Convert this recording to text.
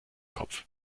kopf